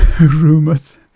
rumors